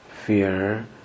fear